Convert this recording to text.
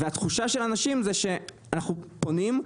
התחושה של אנשים זה שאנחנו פונים,